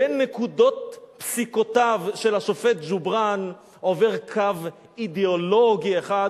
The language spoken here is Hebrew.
בין נקודות פסיקותיו של השופט ג'ובראן עובר קו אידיאולוגי אחד,